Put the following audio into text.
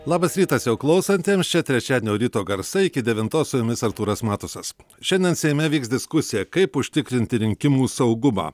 labas rytas vėl klausantiems čia trečiadienio ryto garsai iki devintos su jumis artūras matusas šiandien seime vyks diskusija kaip užtikrinti rinkimų saugumą